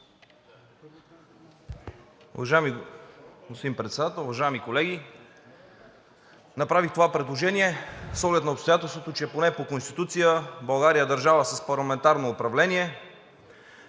уважаеми колеги! Направих това предложение с оглед на обстоятелството, че поне по Конституцията България е държава с парламентарно управление,